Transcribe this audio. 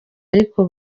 ariko